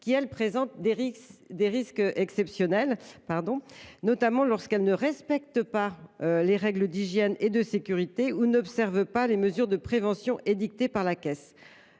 qui présentent des risques exceptionnels, notamment lorsqu’elles ne respectent pas les règles d’hygiène et de sécurité ou n’observent pas les mesures de prévention édictées par la caisse.